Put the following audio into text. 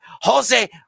jose